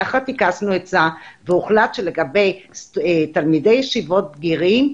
יחד טקסנו עצה והוחלט שלגבי תלמידי ישיבות בגירים,